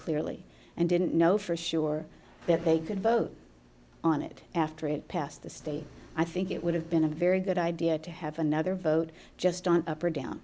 clearly and didn't know for sure that they could vote on it after it passed the state i think it would have been a very good idea to have another vote just on up or down